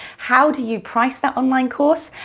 how do you price that online course,